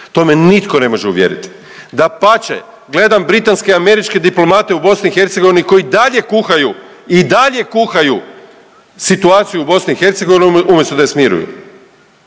To me nitko ne može uvjeriti. Dapače, gledam britanske i američke diplomate u BiH koji i dalje kuhaju, i dalje kuhaju situaciju u BiH umjesto da je smiruju.